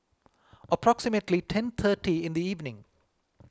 approximately ten thirty in the evening